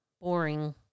Boring